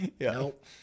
Nope